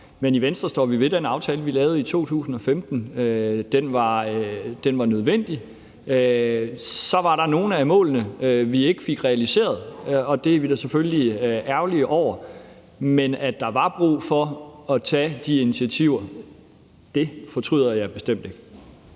Men i Venstre står vi ved den aftale, vi lavede i 2015. Den var nødvendig. Så var der nogle af målene, vi ikke fik realiseret, og det er vi da selvfølgelig ærgerlige over. Men at der var brug for at tage de initiativer, fortryder jeg bestemt ikke.